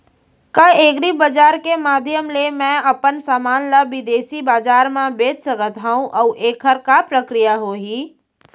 का एग्रीबजार के माधयम ले मैं अपन समान ला बिदेसी बजार मा बेच सकत हव अऊ एखर का प्रक्रिया होही?